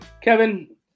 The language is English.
Kevin